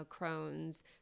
Crohn's